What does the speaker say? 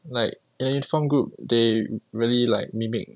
like uniform group they really like mimic